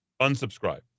unsubscribe